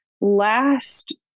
last